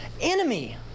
enemy